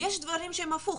יש דברים שהם הפוך,